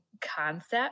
concept